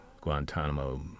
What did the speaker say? Guantanamo